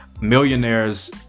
millionaires